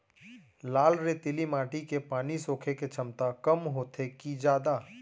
लाल रेतीली माटी के पानी सोखे के क्षमता कम होथे की जादा?